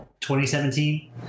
2017